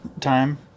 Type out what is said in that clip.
time